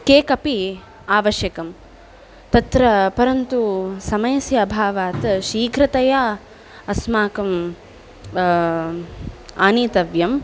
cake अपि आवश्यकं तत्र परन्तु समयस्य अभावात् शीघ्रतया अस्माकं आनीतव्यं